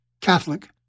Catholic